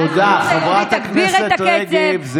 תודה, חברת הכנסת רגב.